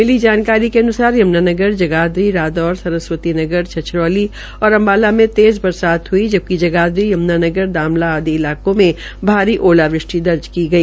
मिली जानकारी के अन्सार यम्नानगर जगाधरी रादौर सरस्वती छछरौली और अम्बाला में तेज़ बरसात हई जबकि जागधरी यम्ना नगर दामला आदि इलाकों में भारी ओलावृष्टि दर्ज की गई